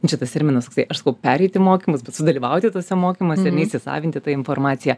čia tas terminas toksai aš sakau pereiti mokymus bet sudalyvauti tuose mokymuose ar ne įsisavinti tą informaciją